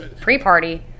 pre-party